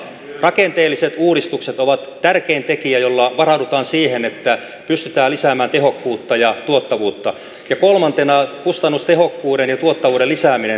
rakenteelliset uudistukset ovat tärkein tekijä jolla varaudutaan siihen että pystytään lisäämään tehokkuutta ja tuottavuutta ja kolmantena on kustannustehokkuuden ja tuottavuuden lisääminen